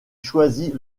choisit